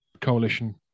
coalition